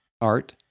Art